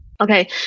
Okay